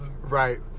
Right